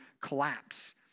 collapse